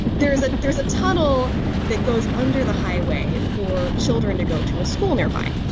there's a there's a tunnel that goes under the highway for children to go to a school nearby.